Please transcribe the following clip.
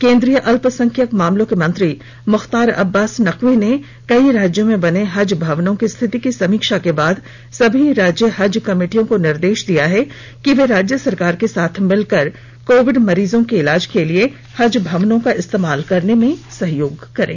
केन्द्रीय अल्पसंख्यक मामलों के मंत्री मुख्तार अब्बास नकवी ने कई राज्यों में बने हज भवनों की स्थिति की समीक्षा के बाद सभी राज्य हज कमेटियों को निर्देश दिया है कि वे राज्य सरकार के साथ मिलकर कोविड मरीजों के इलाज के लिए हज भवनों का इस्तेमाल करने में सहयोग करें